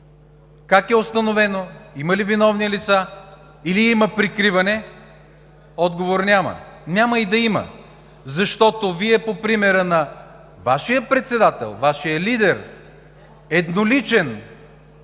как е установено? Има ли виновни лица, или има прикриване? Отговор няма, няма и да има, защото Вие по примера на Вашия председател, Вашия лидер – едноличен